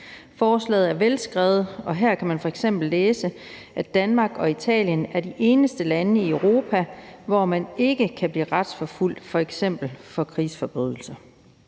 Forslaget er velskrevet, og her kan man f.eks. læse, at Danmark og Italien er de eneste lande i Europa, hvor man ikke kan blive retsforfulgt for f.eks. krigsforbrydelser.